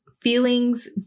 feelings